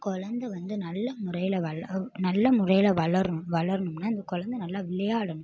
குழந்த வந்து நல்ல முறையில் வளரும் நல்ல முறையில் வளரும் வளரணும்னால் அந்த குழந்த நல்லா விளையாடணும்